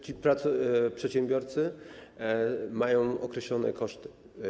Ci przedsiębiorcy mają określone koszty.